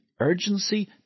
urgency